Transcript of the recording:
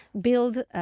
build